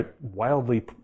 Wildly